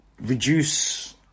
reduce